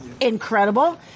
incredible